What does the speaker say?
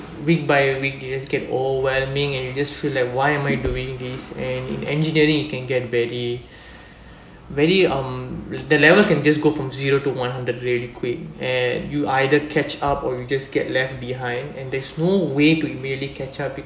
week by week you just get overwhelming and you just feel like why am I doing this and in engineering you can get very very um the levels can just go from zero to one hundred really quick and you either catch up or you just get left behind and there's no way to merely catch up